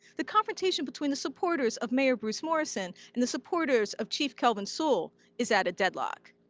the confrontation between the supporters of mayor bruce morrison and the supporters of chief kelvin sewell is at a deadlock.